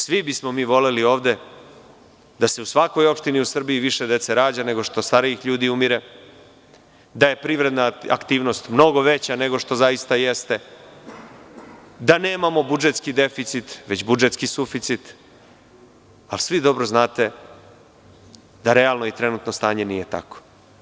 Svi bismo mi voleli ovde da se u svakoj opštini u Srbiji više dece rađa nego što starijih ljudi umire, da je privredna aktivnost mnogo veća nego što zaista jeste, da nemamo budžetski deficit već budžetski suficit, ali svi dobro znate da realno i trenutno stanje nije tako.